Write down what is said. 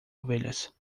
ovelhas